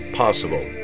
possible